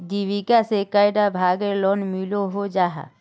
जीविका से कैडा भागेर लोन मिलोहो जाहा?